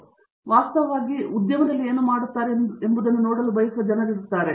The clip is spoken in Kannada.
ಹಾಗಾಗಿ ಅವರು ವಾಸ್ತವವಾಗಿ ಉದ್ಯಮದಲ್ಲಿ ಏನು ಮಾಡುತ್ತಾರೆ ಎಂಬುದನ್ನು ನೋಡಲು ಬಯಸುವ ಜನರಿದ್ದಾರೆ